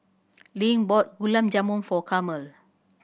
Link bought Gulab Jamun for Carmel